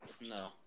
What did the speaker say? No